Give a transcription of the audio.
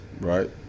Right